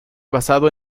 basado